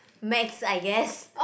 Max I guess